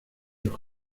los